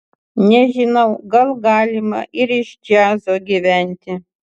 nežinau gal galima ir iš džiazo gyventi